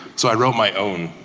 so i wrote my own,